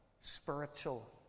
spiritual